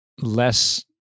less